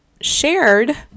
shared